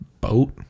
boat